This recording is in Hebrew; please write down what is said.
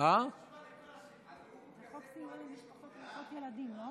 נאום כואב, מה